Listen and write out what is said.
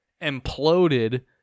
imploded